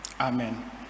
Amen